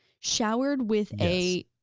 showered with a,